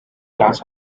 class